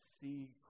See